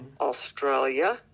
australia